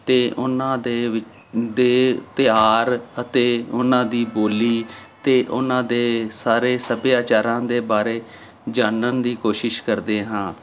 ਅਤੇ ਉਹਨਾਂ ਦੇ ਵਿ ਦੇ ਤਿਆਰ ਅਤੇ ਉਹਨਾਂ ਦੀ ਬੋਲੀ ਅਤੇ ਉਹਨਾਂ ਦੇ ਸਾਰੇ ਸੱਭਿਆਚਾਰਾਂ ਦੇ ਬਾਰੇ ਜਾਣਨ ਦੀ ਕੋਸ਼ਿਸ਼ ਕਰਦੇ ਹਾਂ